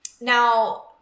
now